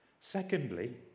Secondly